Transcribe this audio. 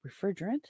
refrigerant